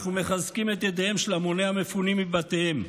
אנחנו מחזקים את ידיהם של המוני המפונים מבתיהם.